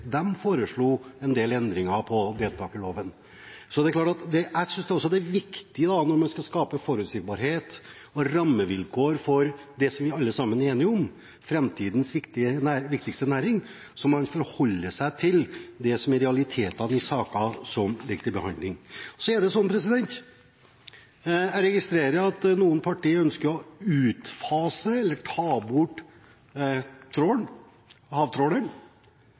foreslo en del endringer i deltakerloven. Jeg synes også det er viktig når vi skal skape forutsigbarhet og rammevilkår for det som vi alle sammen er enige om er framtidens viktigste næring, at man forholder seg til det som er realitetene i saker som ligger til behandling. Jeg registrerer at noen partier ønsker å utfase, eller ta bort,